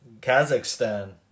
Kazakhstan